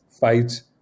fights